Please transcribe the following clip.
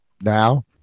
now